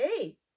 hey